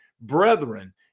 Brethren